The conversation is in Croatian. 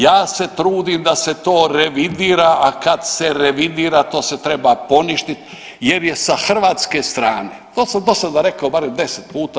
Ja se trudim da se to revidira, a kad se revidira to se treba poništiti jer je sa hrvatske strane to sam do sada rekao barem deset puta.